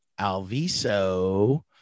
Alviso